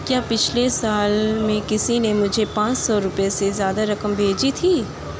کیا پچھلے سال میں کسی نے مجھے پانچ سو روپئے سے زیادہ رقم بھیجی تھی